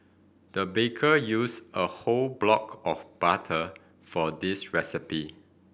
the baker used a whole block of butter for this recipe